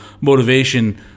motivation